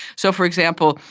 so, for example,